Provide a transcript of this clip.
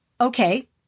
okay